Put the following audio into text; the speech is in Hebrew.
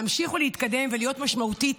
להמשיך ולהתקדם ולהיות משמעותית,